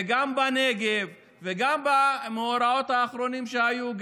וגם בנגב וגם במאורעות האחרונים שהיו,